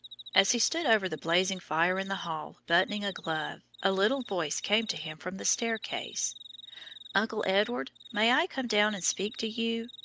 as he stood over the blazing fire in the hall buttoning a glove, a little voice came to him from the staircase uncle edward, may i come down and speak to you?